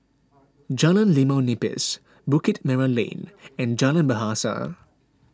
Jalan Limau Nipis Bukit Merah Lane and Jalan Bahasa